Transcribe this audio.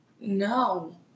No